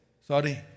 sorry